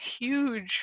huge